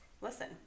Listen